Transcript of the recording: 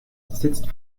sitzt